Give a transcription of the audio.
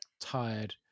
tired